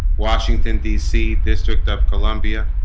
washington dc district of columbia